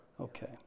Okay